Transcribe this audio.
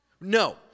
No